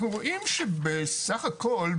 אנחנו רואים שבסך הכל,